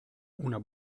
una